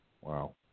Wow